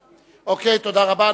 אוקיי, תודה רבה.